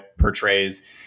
portrays